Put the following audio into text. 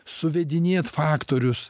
suvedinėt faktorius